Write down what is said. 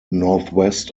northwest